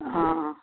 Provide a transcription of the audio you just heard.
অঁ